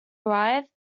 arrived